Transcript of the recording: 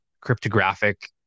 cryptographic